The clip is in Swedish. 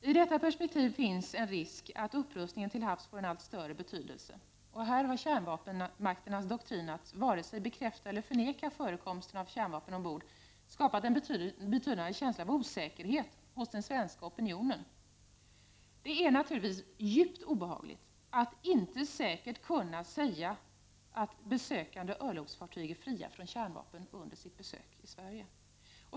I detta perspektiv finns en risk att upprustningen till havs får en allt större betydelse. Här har kärnvapenmakternas doktrin att inte vare sig bekräfta eller förneka förekomsten av kärnvapen ombord skapat en betydande känsla av osäkerhet hos den svenska opinionen. Det är naturligtvis djupt obehagligt att inte säkert kunna säga att besökande örlogsfartyg är fria från kärnvapen under besöket i Sverige.